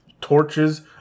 torches